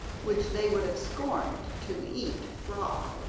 which they would have scorned to eat raw.